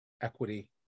equity